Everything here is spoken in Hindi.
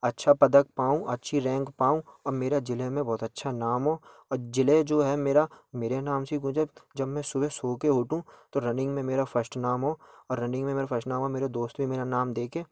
अच्छा पदक पाऊँ अच्छी रैंक पाऊँ और मेरा जिले में बहुत अच्छा नाम हो और जिले जो है मेरा मेरे नाम से गूँजे जब मैं सुबह सो कर उठूँ तो रनिंग में मेरा फर्स्ट नाम हो और रनिंग में मेरे फर्स्ट नाम हो मेरे दोस्त भी मेरा नाम देखें